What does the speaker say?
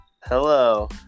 Hello